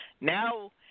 Now